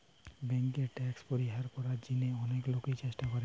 বেঙ্কে ট্যাক্স পরিহার করার জিনে অনেক লোকই চেষ্টা করে